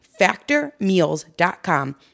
factormeals.com